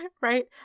Right